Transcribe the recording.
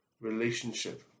relationship